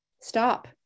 stop